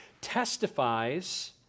testifies